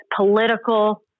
political